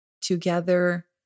Together